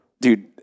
Dude